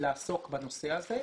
לעסוק בנושא הזה.